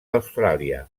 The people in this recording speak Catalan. austràlia